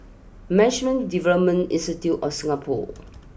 Management Development Institute of Singapore